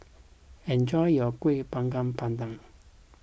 enjoy your Kuih Bakar Pandan